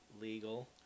Legal